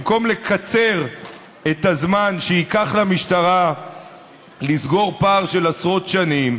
במקום לקצר את הזמן שייקח למשטרה לסגור פער של עשרות שנים,